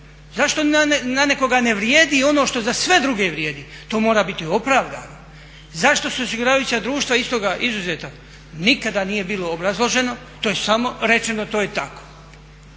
Zašto za nekoga ne vrijedi ono što za sve druge vrijedi? To mora biti opravdano. Zašto su osiguravajuća društva iz toga izuzeta? Nikada nije bilo obrazloženo, to je samo rečeno to je tako.